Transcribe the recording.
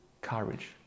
Courage